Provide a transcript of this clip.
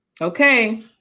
Okay